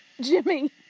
Jimmy